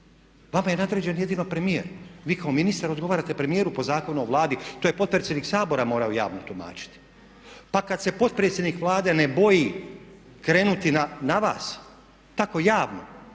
Vama je nadređen jedino premijer. Vi kao ministar odgovarate premijeru po Zakonu o Vladi. To je potpredsjednik Sabora morao javno tumačiti. Pa kad se potpredsjednik Vlade ne boji krenuti na vas tako javno,